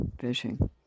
fishing